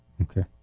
okay